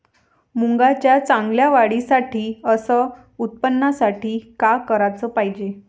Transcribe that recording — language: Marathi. मुंगाच्या चांगल्या वाढीसाठी अस उत्पन्नासाठी का कराच पायजे?